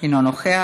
אינו נוכח.